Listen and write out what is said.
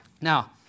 Now